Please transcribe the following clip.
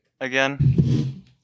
again